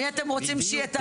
מי אתם רוצים שיתפקד?